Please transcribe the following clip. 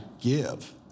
give